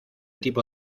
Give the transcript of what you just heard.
tipo